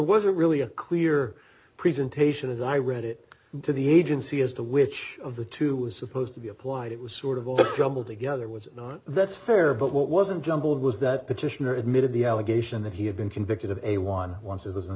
wasn't really a clear presentation as i read it to the agency as to which of the two was supposed to be applied it was sort of all jumbled together was not that's fair but what wasn't jumbled was that petitioner admitted the allegation that he had been convicted of a one